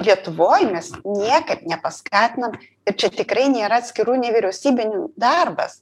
lietuvoj mes niekaip nepaskatinam ir čia tikrai nėra atskirų nevyriausybinių darbas